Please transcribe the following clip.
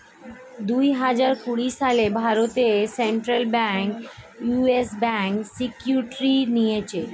দুহাজার কুড়ি সালে ভারতের সেন্ট্রাল ব্যাঙ্ক ইয়েস ব্যাঙ্কের সিকিউরিটি নিয়েছিল